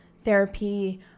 therapy